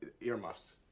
earmuffs